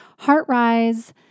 HeartRise